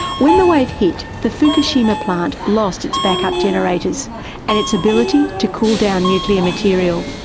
when the wave hit, the fukushima plant lost its backup generators and its ability to cool down nuclear material.